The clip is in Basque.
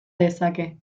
dezake